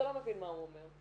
אתה לא מבין מה הוא אומר.